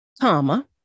comma